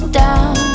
down